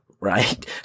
right